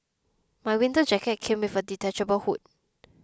my winter jacket came with a detachable hood